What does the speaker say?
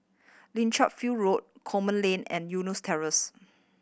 Lichfield Road Coleman Lane and Eunos Terrace